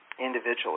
individually